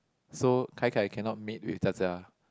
so kai kai cannot mate with Jia Jia